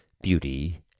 beauty